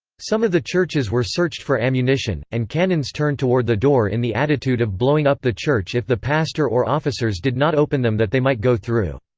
some of the churches were searched for ammunition, and cannons turned toward the door in the attitude of blowing up the church if the pastor or officers did not open them that they might go through.